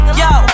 yo